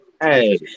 hey